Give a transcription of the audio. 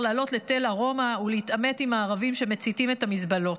לעלות לתל ארומה ולהתעמת עם הערבים שמציתים את המזבלות.